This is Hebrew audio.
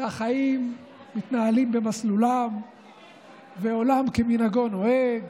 והחיים מתנהלים במסלולם ועולם כמנהגו נוהג.